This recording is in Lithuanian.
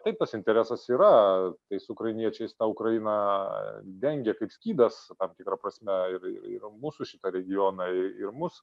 taip tas interesas yra tais ukrainiečiais ta ukraina dengia kaip skydas tam tikra prasme ir ir ir mūsų šitą regioną ir mus